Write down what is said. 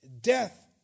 death